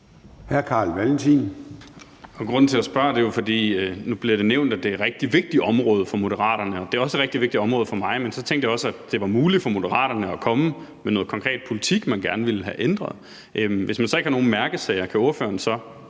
at det nu bliver nævnt, at det er et rigtig vigtigt område for Moderaterne. Det er også et rigtig vigtigt område for mig, og så tænkte jeg også, at det var muligt for Moderaterne at komme med noget konkret politik, man gerne ville have ændret. Hvis man så ikke har nogen mærkesager, kan ordføreren så